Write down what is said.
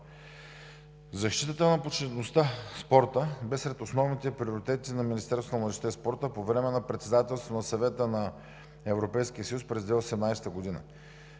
Защитата на почтеността в спорта бе сред основните приоритети на Министерството на младежта и спорта по време на Председателството на Съвета на Европейския съюз през 2018 г.